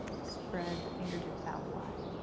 spread the fingertips out wide.